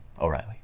O'Reilly